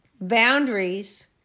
boundaries